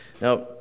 Now